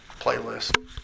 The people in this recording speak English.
playlist